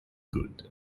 good